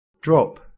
Drop